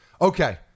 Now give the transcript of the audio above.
Okay